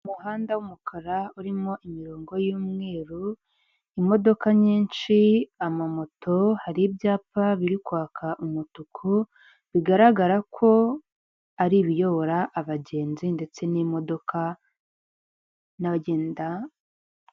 Mu muhanda w'umukara urimo imirongo y'umweru imodoka nyinshi, amamoto hari ibyapa biri kwaka umutuku, bigaragara ko ari ibiyobora abagenzi ndetse n'imodoka, n'abagenda.